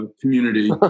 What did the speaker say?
Community